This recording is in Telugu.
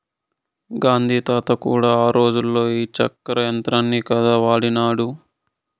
గాంధీ తాత కూడా ఆ రోజుల్లో ఈ చరకా యంత్రాన్నే కదా వాడినాడు